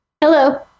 Hello